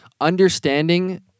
Understanding